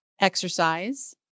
exercise